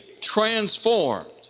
transformed